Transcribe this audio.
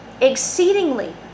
exceedingly